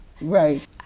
Right